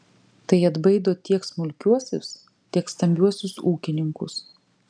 tai atbaido tiek smulkiuosius tiek stambiuosius ūkininkus